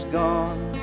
gone